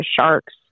sharks